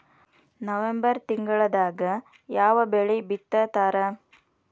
November ತಿಂಗಳದಾಗ ಯಾವ ಬೆಳಿ ಬಿತ್ತತಾರ?